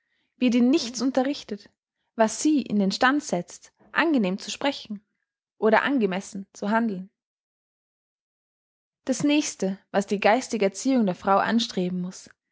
wird in nichts unterrichtet was sie in den stand setzt angenehm zu sprechen oder angemessen zu handeln das nächste was die geistige erziehung der frau anstreben muß